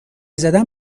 زدم